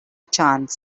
chance